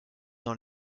dans